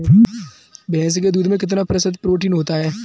भैंस के दूध में कितना प्रतिशत प्रोटीन होता है?